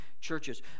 churches